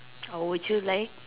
oh would you like